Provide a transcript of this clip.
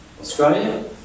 Australia